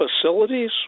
Facilities